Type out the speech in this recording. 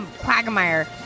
quagmire